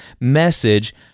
message